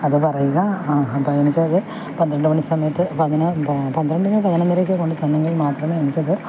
അതു പറയുക അപ്പോൾ എനിക്ക് അത് പന്ത്രണ്ട് മണി സമയത്ത് അതിന് പന്ത്രണ്ടിനോ പതിനൊന്നരയ്ക്കോ കൊണ്ട് തന്നെങ്കിൽ മാത്രമേ എനിക്കത്